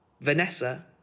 Vanessa